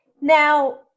Now